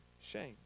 shame